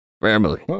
Family